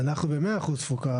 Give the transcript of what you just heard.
אנחנו ב-100% תפוקה.